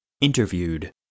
Interviewed